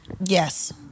yes